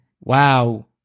wow